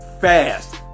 fast